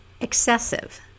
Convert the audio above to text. excessive